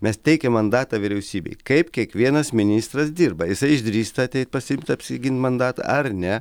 mes teikiam mandatą vyriausybei kaip kiekvienas ministras dirba jisai išdrįsta ateiti pasiimti apsigint mandatą ar ne